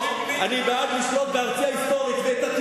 אתה בעד מדינה דו-לאומית?